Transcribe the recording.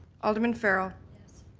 alderman farrell? yes.